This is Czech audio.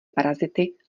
parazity